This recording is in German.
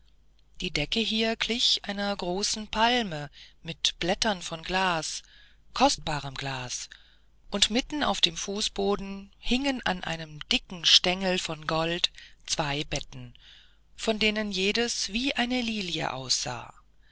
die decke hier glich einer großen palme mit blättern von glas kostbarem glas und mitten auf dem fußboden hingen an einem dicken stengel von gold zwei betten von denen jedes wie eine lilie aussah